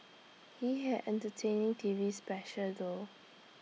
he had entertaining T V special though